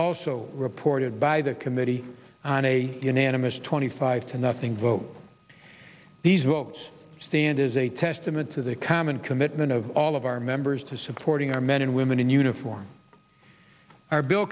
also reported by the committee on a unanimous twenty five to nothing vote these votes stand as a testament to the common commitment of all of our members to supporting our men and women in uniform our bill